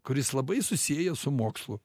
kuris labai susieja su mokslu